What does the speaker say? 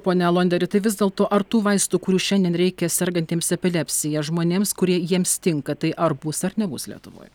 pone alonderi tai vis dėlto ar tų vaistų kurių šiandien reikia sergantiems epilepsija žmonėms kurie jiems tinka tai ar bus ar nebus lietuvoj